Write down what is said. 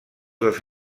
dels